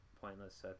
pointless